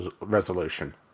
resolution